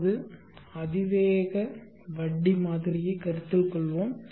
இப்போது அதிவேக வட்டி மாதிரியைக் கருத்தில் கொள்வோம்